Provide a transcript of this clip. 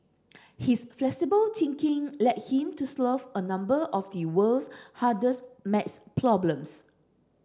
his flexible thinking led him to a number of the world's hardest maths problems